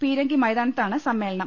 പീരങ്കി മൈതാനത്താണ് സമ്മേളനം